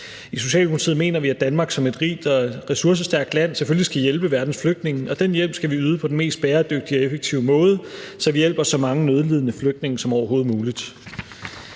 I Socialdemokratiet mener vi, at Danmark som et rig og ressourcestærkt land selvfølgelig skal hjælpe verdens flygtninge, og den hjælp skal vi yde på den mest bæredygtige og effektive måde, så vi hjælper så mange nødlidende flygtninge som overhovedet muligt.